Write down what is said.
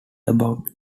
about